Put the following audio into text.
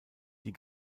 die